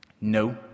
No